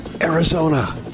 arizona